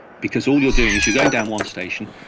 because all you're doing is you're going down one station,